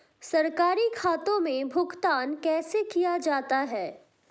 सरकारी खातों में भुगतान कैसे किया जाता है?